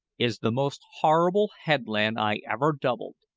is the most horrible headland i ever doubled.